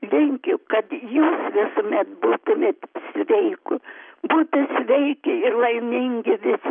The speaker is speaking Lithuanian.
linkiu kad jūs visuomet būtumėt sveiku būtų sveiki ir laimingi visi